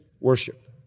worship